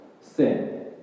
sin